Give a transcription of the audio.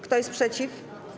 Kto jest przeciw?